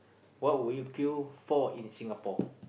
what would you queue for in Singapore